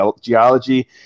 geology